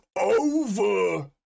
over